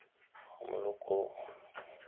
हमलोग को